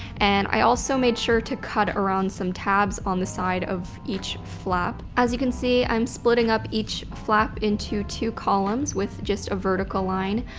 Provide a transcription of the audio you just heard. and i also made sure to cut around some tabs on the side of each flap. as you can see, i'm splitting up each flap into two columns with just a vertical line.